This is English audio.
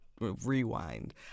rewind